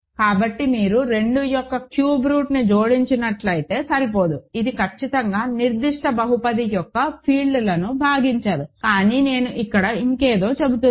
కాబట్టి మీరు 2 యొక్క క్యూబ్ రూట్ను జోడించినట్లయితే సరిపోదు ఇది ఖచ్చితంగా నిర్దిష్ట బహుపది యొక్క ఫీల్డ్ను భాగించదు కానీ నేను ఇక్కడ ఇంకేదో చెబుతున్నాను